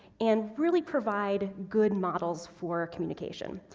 and really provide good models for communication.